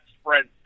spreads